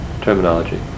terminology